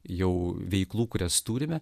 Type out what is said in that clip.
jau veiklų kurias turime